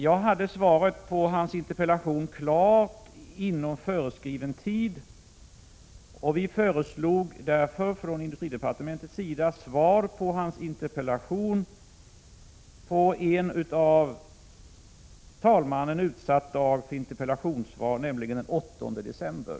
Jag hade svaret på interpellationen klart inom föreskriven tid. Från industridepartementets sida föreslog vi därför att det skulle lämnas på en av talmannen utsatt dag för interpellationssvar, nämligen den 8 december.